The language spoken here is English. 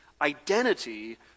identity